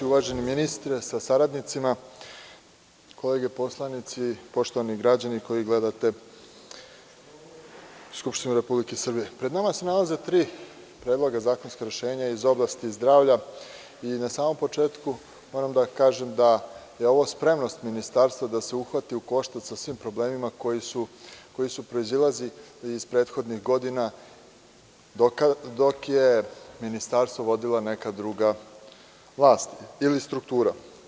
Uvaženi ministre sa saradnicima, kolege poslanici, poštovani građani koji gledate Skupštinu Republike Srbije, pred nama se nalaze tri predloga zakonska rešenja iz oblasti zdravlja i na samom početku moram da kažem da je ovo spremnost Ministarstva da se uhvati u koštac sa svim problemima koji su proizilazili iz prethodnih godina, dok je Ministarstvo vodila neka druga vlast, ili struktura.